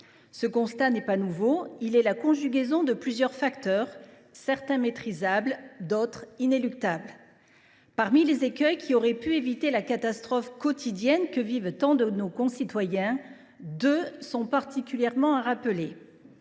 Ce constat n’est pas nouveau. Il est la conjugaison de plusieurs facteurs, certains maîtrisables, d’autres inéluctables. Parmi les écueils à l’origine de la catastrophe quotidienne que vivent tant de nos concitoyens, deux, en particulier, doivent être rappelés.